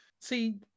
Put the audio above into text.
See